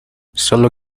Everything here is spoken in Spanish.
solo